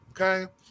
okay